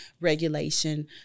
regulation